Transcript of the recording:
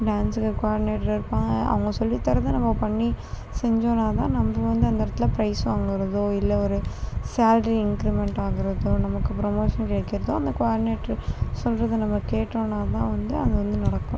பிராஞ்சில் coordinator இருப்பாங்க அவங்க சொல்லி தரதை நம்ம பண்ணி செஞ்சோன்னால்தான் நம்ப வந்து அந்த இடத்துல ப்ரைஸ் வாங்குவதோ இல்லை ஒரு சேல்ரி இன்க்ரீமெண்ட் ஆகுவதோ நமக்கு ப்ரமோஷன் கிடைக்குறதோ அந்த கோஆடினேட்டர் சொல்தை நம்ம கேட்டோன்னால்தான் வந்து அது வந்து நடக்கும்